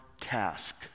task